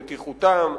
בטיחותם,